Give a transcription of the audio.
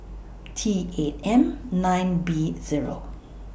T eight M nine B Zero